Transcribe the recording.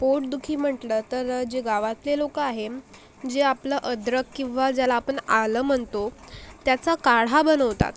पोटदुखी म्हटलं तर जे गावातले लोक आहेत जे आपलं अद्रक किंवा ज्याला आपण आलं म्हणतो त्याचा काढा बनवतात